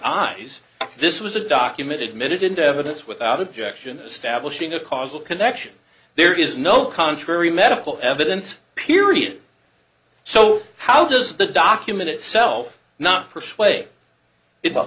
eyes this was a document admitted into evidence without objection establishing a causal connection there is no contrary medical evidence period so how does the document itself not